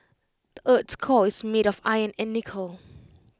the Earth's core is made of iron and nickel